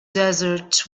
desert